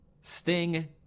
Sting